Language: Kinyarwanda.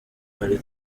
ari